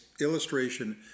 illustration